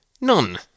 None